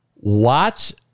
Watch